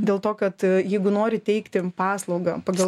dėl to kad jeigu nori teikti paslaugą pagal